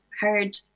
heard